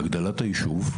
להגדלת הישוב,